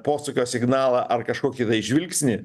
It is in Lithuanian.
posūkio signalą ar kažkokį tai žvilgsnį